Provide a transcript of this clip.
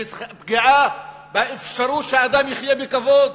היא פגיעה באפשרות שאדם יחיה בכבוד.